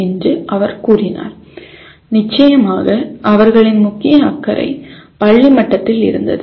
என்று அவர் கூறினார் நிச்சயமாக அவர்களின் முக்கிய அக்கறை பள்ளி மட்டத்தில் இருந்தது